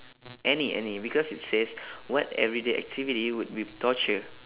any any because it says what everyday activity would be torture